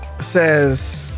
says